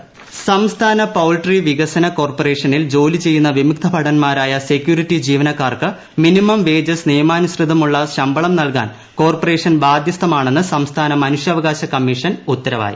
ട്ടടട minimum wages സംസ്ഥാന poultry വികസന കോർപ്പറേഷനിൽ ജോലി ചെയ്യുന്ന വിമുക്തഭടൻമാരായ സെക്യൂരിറ്റി ജീവനക്കാർക്ക് മിനിമം വേജസ് നിയമാനുസൃതമുള്ള ശമ്പളം നൽകാൻ കോർപ്പറേഷൻ ബാധ്യസ്ഥമാണെന്ന് സംസ്ഥാന മനുഷ്യാവ കാശ ക്മ്മീഷൻ ഉത്തരവായി